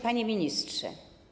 Panie Ministrze!